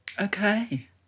Okay